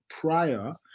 prior